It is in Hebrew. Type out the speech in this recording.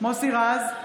מוסי רז,